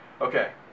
Okay